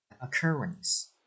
Occurrence